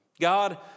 God